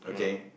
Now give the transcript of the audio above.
ah